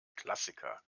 klassiker